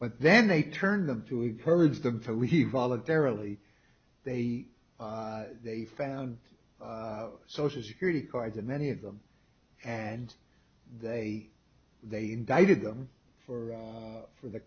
but then they turned them to encourage them to we voluntarily they they found social security cards and many of them and they they indicted them for for the